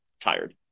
tired